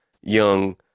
young